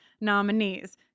nominees